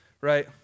right